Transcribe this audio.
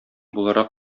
буларак